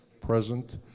present